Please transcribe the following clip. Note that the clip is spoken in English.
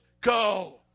go